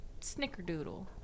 snickerdoodle